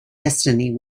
destiny